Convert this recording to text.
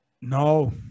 No